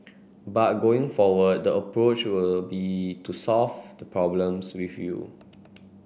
but going forward the approach will be to solve the problems with you